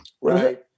Right